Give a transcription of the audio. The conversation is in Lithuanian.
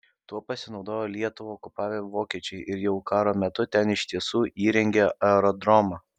tuo pasinaudojo lietuvą okupavę vokiečiai ir jau karo metu ten iš tiesų įrengė aerodromą